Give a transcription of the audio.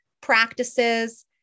practices